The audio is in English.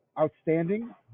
outstanding